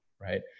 right